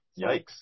Yikes